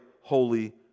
holy